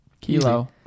Kilo